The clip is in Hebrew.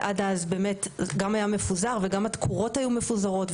ועד אז גם היה מפוזר וגם התקורות היו מפוזרות,